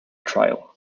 trial